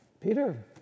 Peter